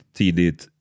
tidigt